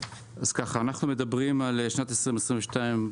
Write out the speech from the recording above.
אנחנו מדברים על שנת 2022,